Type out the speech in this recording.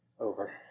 Over